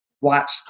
watch